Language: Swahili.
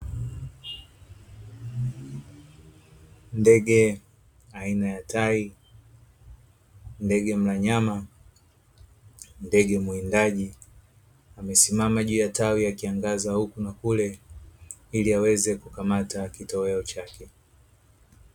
Ndege aina ya tai, ndege mla nyama, ndege mwindaji, amesimama juu ya tawi akiangaza huku na kule ili aweze kukamata kitoweo chake.